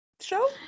show